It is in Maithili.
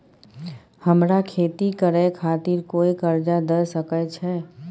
हमरा खेती करे खातिर कोय कर्जा द सकय छै?